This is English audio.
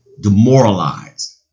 demoralized